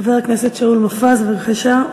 חבר הכנסת שאול מופז, בבקשה.